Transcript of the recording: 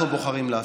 אנחנו בוחרים לעשות.